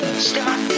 STOP